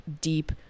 deep